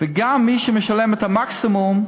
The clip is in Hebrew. וגם מי שמשלם את המקסימום,